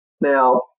now